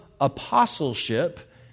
apostleship